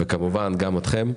וכמובן גם אתכם.